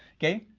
okay?